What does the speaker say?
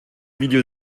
milieu